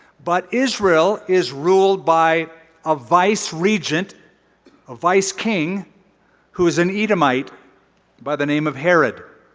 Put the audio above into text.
but israel is ruled by a vise regent a vise king who is an edomite by the name of herod.